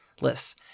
lists